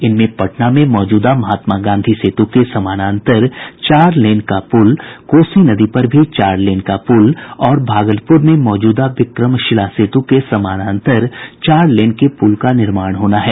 इनमें पटना में मौजूदा महात्मा गांधी सेतु के समानांतर चार लेन का प्रल कोसी नदी पर भी चार लेन का पुल और भागलपुर में मौजूदा विक्रमशिला सेतु के समानांतर चार लेन के पुल का निर्माण होना है